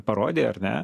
parodė ar ne